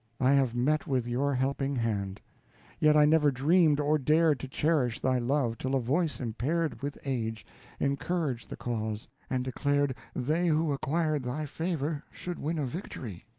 i have met with your helping hand yet i never dreamed or dared to cherish thy love, till a voice impaired with age encouraged the cause, and declared they who acquired thy favor should win a victory.